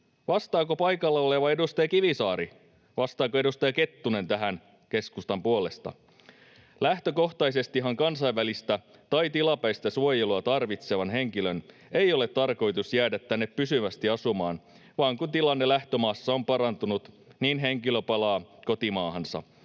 Vastaako paikalla oleva edustaja Kivisaari? Vastaako edustaja Kettunen tähän keskustan puolesta? Lähtökohtaisestihan kansainvälistä tai tilapäistä suojelua tarvitsevan henkilön ei ole tarkoitus jäädä tänne pysyvästi asumaan, vaan kun tilanne lähtömaassa on parantunut, niin henkilö palaa kotimaahansa.